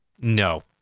No